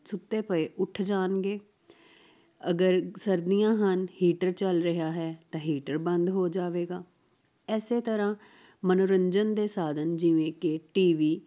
ਸੁੱਤੇ ਪਏ ਉੱਠ ਜਾਣਗੇ ਅਗਰ ਸਰਦੀਆਂ ਹਨ ਹੀਟਰ ਚੱਲ ਰਿਹਾ ਹੈ ਤਾਂ ਹੀਟਰ ਬੰਦ ਹੋ ਜਾਵੇਗਾ ਇਸੇ ਤਰ੍ਹਾਂ ਮਨੋਰੰਜਨ ਦੇ ਸਾਧਨ ਜਿਵੇਂ ਕਿ ਟੀ ਵੀ